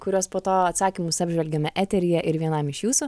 kuriuos po to atsakymus apžvelgiame eteryje ir vienam iš jūsų